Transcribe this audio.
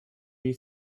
you